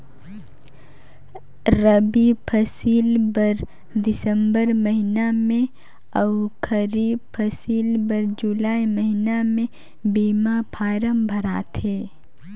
रबी फसिल बर दिसंबर महिना में अउ खरीब फसिल बर जुलाई महिना में बीमा फारम भराथे